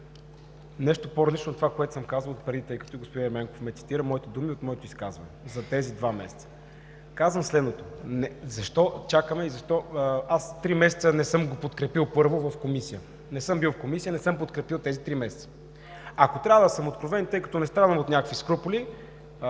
нещо по-различно от това, което съм казвал и преди, тъй като господин Ерменков цитира думи от мое изказване за тези два месеца. Казвам защо три месеца не съм го подкрепил в Комисията. Не съм бил в Комисия, не съм го подкрепил за тези три месеца. Ако трябва да съм откровен, тъй като не страдам от някакви скрупули,